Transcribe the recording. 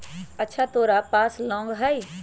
अच्छा तोरा पास लौंग हई?